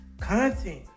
content